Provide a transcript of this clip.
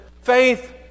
faith